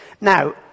Now